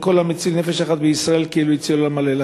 וכל המציל נפש אחת בישראל כאילו הציל עולם מלא.